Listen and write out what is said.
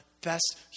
best